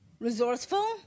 resourceful